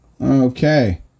Okay